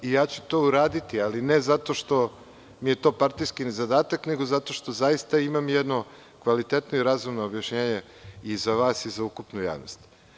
Ja ću to i uraditi, ali ne zato što mi je to partijski zadatak, nego zato što zaista imam jedno kvalitetno i razumno objašnjenje za vas i za ukupnu javnost.